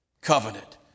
covenant